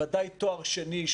בוודאי בתואר השני,